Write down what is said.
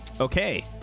Okay